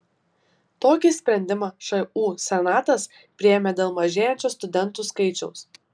tokį sprendimą šu senatas priėmė dėl mažėjančio studentų skaičiaus